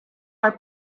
are